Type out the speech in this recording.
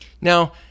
now